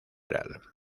oral